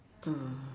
err